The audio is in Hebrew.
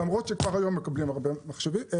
למחשבים, למרות שהם מקבלים היום הרבה מאוד החלטות.